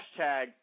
hashtag